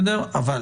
אני